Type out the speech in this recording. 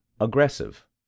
aggressive